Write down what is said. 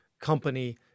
company